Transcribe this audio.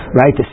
right